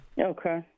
Okay